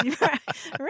Right